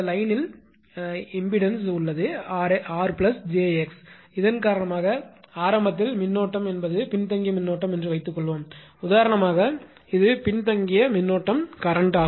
இந்த வரியில் மின்மறுப்புஇம்பிடன்ஸ் உள்ளது 𝑟 𝑗𝑥 இதன் காரணமாக ஆரம்பத்தில் மின்னோட்டம்கரண்ட் என்பது பின்தங்கிய மின்னோடம்கரண்ட் என்று வைத்துக்கொள்வோம் உதாரணமாக இது பின்தங்கிய மின்னோட்டம்கரண்ட்